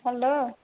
hello